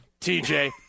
TJ